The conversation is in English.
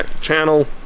channel